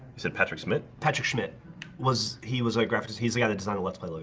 said patrick smith patrick schmidt was he was like graphic. he's yeah the designer. let's play. oh.